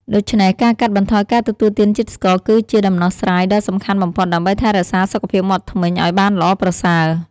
ដូច្នេះការកាត់បន្ថយការទទួលទានជាតិស្ករគឺជាដំណោះស្រាយដ៏សំខាន់បំផុត ដើម្បីថែរក្សាសុខភាពមាត់ធ្មេញឱ្យបានល្អប្រសើរ។